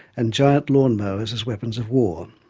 and giant lawn mowers as weapons of war.